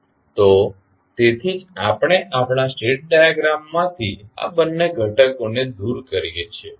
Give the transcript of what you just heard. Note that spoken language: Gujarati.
તો તેથી જ આપણે આપણા સ્ટેટ ડાયાગ્રામમાંથી આ બંને ઘટકોને દૂર કરીએ છીએ